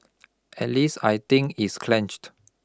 at least I think it's clenched